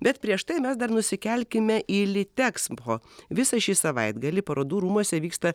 bet prieš tai mes dar nusikelkime į litekspo visą šį savaitgalį parodų rūmuose vyksta